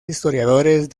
historiadores